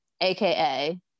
AKA